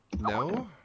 No